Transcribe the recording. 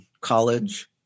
college